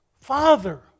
Father